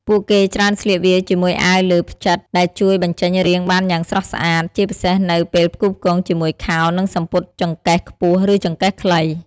ពួកគេច្រើនស្លៀកវាជាមួយអាវលើផ្ចិត ដែលជួយបញ្ចេញរាងបានយ៉ាងស្រស់ស្អាត ជាពិសេសនៅពេលផ្គូផ្គងជាមួយខោ និងសំពត់ចង្កេះខ្ពស់ ឬចង្កេះខ្លី។